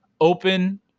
open